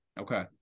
Okay